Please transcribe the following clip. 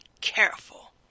careful